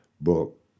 book